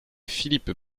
philippe